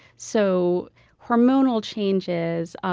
so hormonal changes,